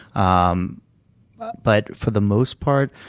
um but, for the most part,